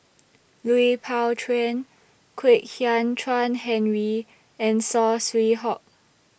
Lui Pao Chuen Kwek Hian Chuan Henry and Saw Swee Hock